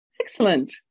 Excellent